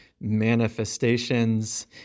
manifestations